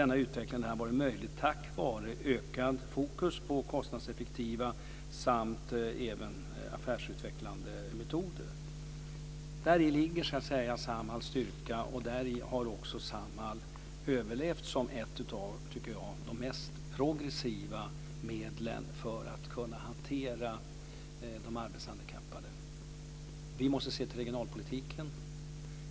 Denna utveckling har varit möjlig tack vare en ökad fokus på kostnadseffektiva samt även affärsutvecklande metoder. Däri ligger Samhalls styrka, och därför har också Samhall överlevt som ett av de, tycker jag, mest progressiva medlen när det gäller att kunna hantera de arbetshandikappade. Vi måste se till regionalpolitiken.